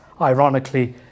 ironically